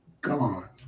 Gone